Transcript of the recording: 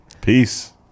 peace